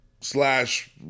slash